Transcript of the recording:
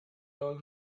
old